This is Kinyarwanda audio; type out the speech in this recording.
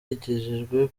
yagejejweho